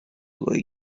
were